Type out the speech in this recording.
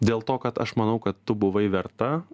dėl to kad aš manau kad tu buvai verta